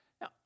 Now